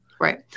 right